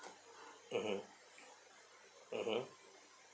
mmhmm mmhmm